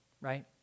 right